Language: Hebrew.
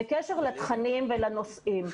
בקשר לתכנים ולנושאים,